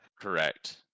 Correct